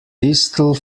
thistle